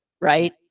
right